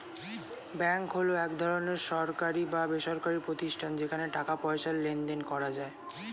bank হলো এক ধরনের সরকারি বা বেসরকারি প্রতিষ্ঠান যেখানে টাকা পয়সার লেনদেন করা যায়